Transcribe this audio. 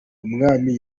umwami